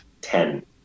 ten